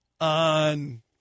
on